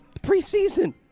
preseason